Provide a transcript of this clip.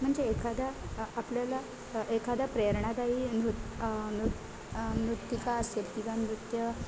म्हणजे एखाद्या आपल्याला एखाद्या प्रेरणादायी नृत नृ नृत्यिका असेल तिला नृत्य